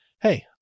hey